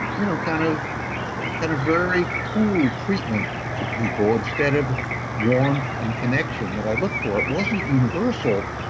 you know, kind of ah kind of very cool treatment to people instead of warmth and connection that i looked for. it wasn't universal,